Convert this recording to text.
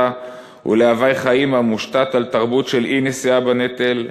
ולהווי חיים המושתת על תרבות של אי-נשיאה בנטל,